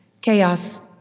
chaos